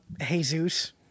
Jesus